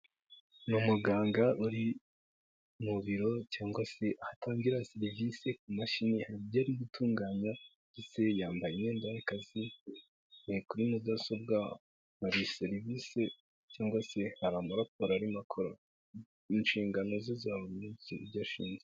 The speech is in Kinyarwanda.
N'umuganga uri mu biro cyangwa se ahatangira serivisi ku mashini, haribyo ari gutunganya ndetse yambaye imyenda y'akazi, ari kuri mudasobwa hari serivisi cyangwa se hari amaraporo arimo akora, inshingano ze za buri munsi nibyo ashinzwe.